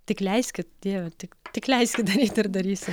tik leiskit dieve tik tik leiskit daryti ir darysim